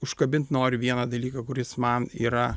užkabint noriu vieną dalyką kuris man yra